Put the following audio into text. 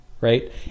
right